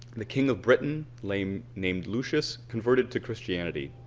the king of britain, named named lucius, converted to christianity.